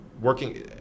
working